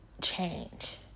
change